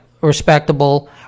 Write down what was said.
respectable